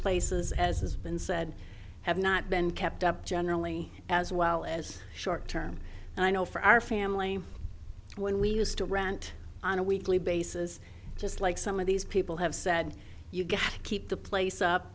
places as has been said have not been kept up generally as well as short term and i know for our family when we used to rant on a weekly basis just like some of these people have said you got to keep the place up